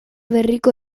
berriko